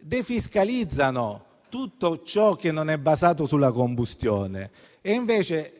defiscalizzano tutto ciò che non è basato sulla combustione. Come